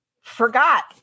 forgot